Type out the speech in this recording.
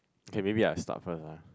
okay maybe I start first ah